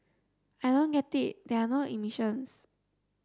I don't get it there are no emissions